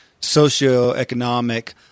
socioeconomic